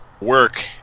work